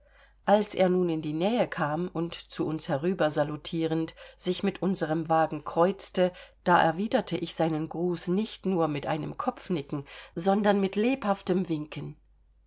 als er nun in die nähe kam und zu uns herübersalutierend sich mit unserem wagen kreuzte da erwiderte ich seinen gruß nicht nur mit einem kopfnicken sondern mit lebhaften winken